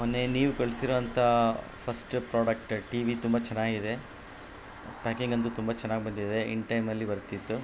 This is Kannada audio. ಮೊನ್ನೆ ನೀವು ಕಳಿಸಿರೋವಂಥ ಫಸ್ಟ್ ಪ್ರೋಡಕ್ಟ್ ಟಿ ವಿ ತುಂಬ ಚನ್ನಾಗಿದೆ ಪ್ಯಾಕಿಂಗ್ ಅಂತು ತುಂಬ ಚನ್ನಾಗಿ ಬಂದಿದೆ ಇನ್ ಟೈಮಲ್ಲಿ ಬರ್ತಿತ್ತು